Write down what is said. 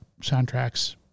soundtracks